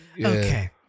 Okay